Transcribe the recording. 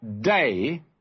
day